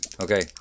Okay